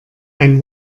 ein